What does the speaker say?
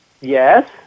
yes